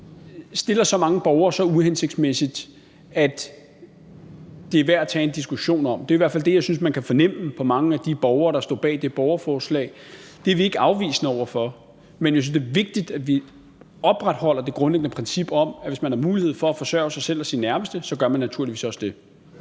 stiller så mange borgere så uhensigtsmæssigt, at det er værd at tage en diskussion om – det er i hvert fald det, jeg synes man kan fornemme på mange af de borgere der har stået bag borgerforslaget – er vi ikke afvisende over for at se på. Men jeg synes, det er vigtigt, at vi opretholder det grundlæggende princip om, at hvis man har mulighed for at forsørge sig selv og sine nærmeste, så gør man naturligvis også det.